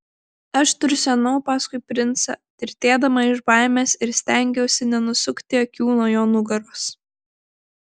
aš tursenau paskui princą tirtėdama iš baimės ir stengiausi nenusukti akių nuo jo nugaros